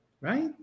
right